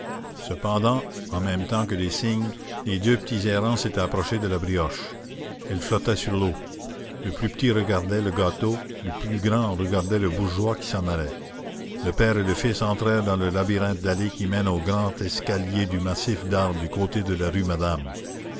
cependant en même temps que les cygnes les deux petits errants s'étaient approchés de la brioche elle flottait sur l'eau le plus petit regardait le gâteau le plus grand regardait le bourgeois qui s'en allait le père et le fils entrèrent dans le labyrinthe d'allées qui mène au grand escalier du massif d'arbres du côté de la rue madame